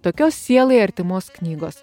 tokios sielai artimos knygos